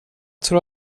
tror